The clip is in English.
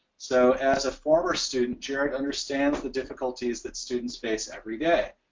so, as a former student jared understands the difficulties that students face every day.